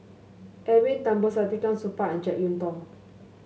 Edwin Thumboo Saktiandi Supaat and JeK Yeun Thong